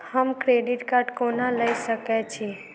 हम credit card कोना लऽ सकै छी?